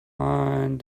ein